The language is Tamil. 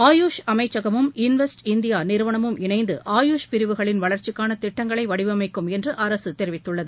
ஆயுஷ் அமைச்சகமும் இன்வெஸ்ட் இந்தியா நிறுவனமும் இணைந்து ஆயுஷ் பிரிவுகளின் வளர்ச்சிக்கான திட்டங்களை வடிவமைக்கும் என்று அரசு தெரிவித்துள்ளது